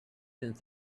since